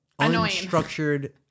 unstructured